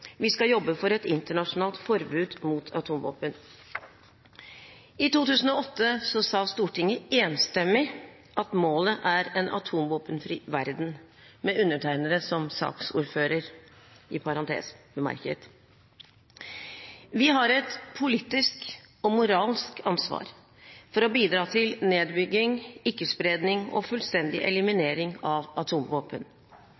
vi skal jobbe for et internasjonalt forbud mot atomvåpen. I 2008 sa Stortinget enstemmig at målet er en atomvåpenfri verden, med undertegnede som saksordfører – i parentes bemerket. Vi har et politisk og moralsk ansvar for å bidra til nedbygging, ikke-spredning og fullstendig